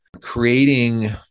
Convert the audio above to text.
creating